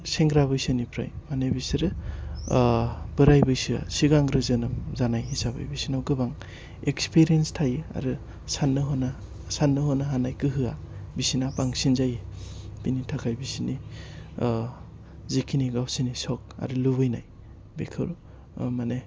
सेंग्रा बैसोनिफ्राय माने बिसोरो बोराइ बैसोआ सिगांग्रो जोनोम जानाय हिसाबै बिसोरनाव गोबां इक्सपिरिएन्स थायो आरो सान्नो हनो सान्नो हनो हानाय गोहोआ बिसिना बांसिन जायो बिनि थाखाय बिसोरनि जेखिनि गावसोरनि सक आरो लुबैनाय बेखौ माने